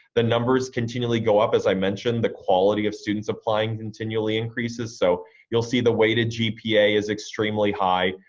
the numbers continually go up as i mentioned, the quality of students applying continually increases, so you'll see the weighted gpa is extremely high,